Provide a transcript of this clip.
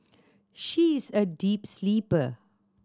she is a deep sleeper